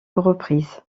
reprises